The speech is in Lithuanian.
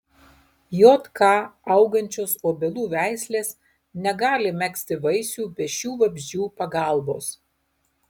jk augančios obelų veislės negali megzti vaisių be šių vabzdžių pagalbos